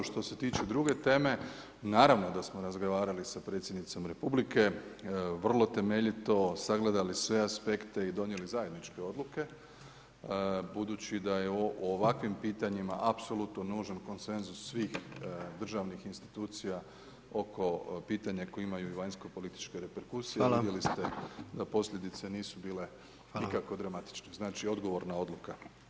Što se tiče druge teme, naravno da smo razgovarali sa Predsjednicom Republike, vrlo temeljito sagledali sve aspekte i donijeli zajedničke odluke budući da je o ovakvim pitanjima apsolutno nužan konsenzus svih državnih institucija oko pitanja koja imaju i vanjsko-političke reperkusije, vidjeli ste da posljedice nisu bile nikako dramatične, znači odgovorna odluka.